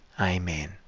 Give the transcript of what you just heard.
Amen